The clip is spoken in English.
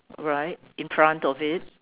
right in front of it